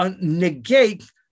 negate